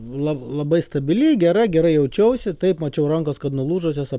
la labai stabili gera gerai jaučiausi taip mačiau rankos kad nulūžusios